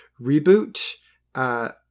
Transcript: reboot